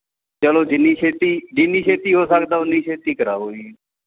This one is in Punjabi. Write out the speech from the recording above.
ਚਲੋ ਜਿੰਨੀ ਛੇਤੀ ਜਿੰਨੀ ਛੇਤੀ ਹੋ ਸਕਦਾ ਓਨੀ ਛੇਤੀ ਕਰਵਾਉ ਜੀ